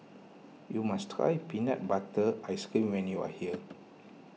you must try Peanut Butter Ice Cream when you are here